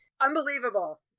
unbelievable